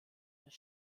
das